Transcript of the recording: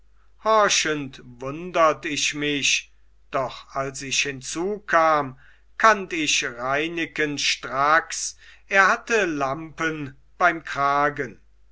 wundert ich mich doch als ich hinzukam kannt ich reineken stracks er hatte lampen beim kragen